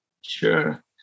Sure